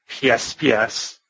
PSPS